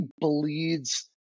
bleeds